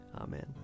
Amen